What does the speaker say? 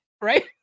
right